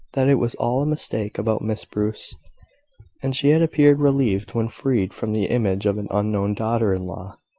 that it was all a mistake about miss bruce and she had appeared relieved when freed from the image of an unknown daughter-in-law.